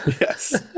Yes